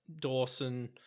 Dawson